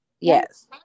Yes